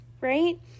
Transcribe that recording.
right